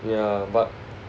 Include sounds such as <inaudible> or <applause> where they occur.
ya but <noise>